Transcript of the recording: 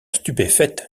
stupéfaite